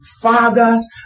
fathers